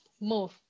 move